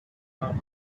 power